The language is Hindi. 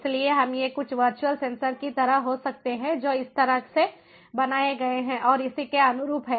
इसलिए हम ये कुछ वर्चुअल सेंसर की तरह हो सकते हैं जो इस तरह से बनाए गए हैं और इसी के अनुरूप हैं